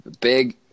Big